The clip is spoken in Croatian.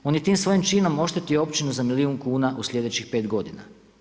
On je tim svojim činom oštetio općinu za milijun kuna u sljedećih 5 godina.